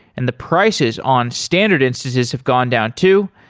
and the prices on standard instances have gone down too.